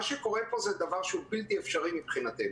מה שקורה פה זה דבר בלתי אפשרי מבחינתנו,